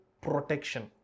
protection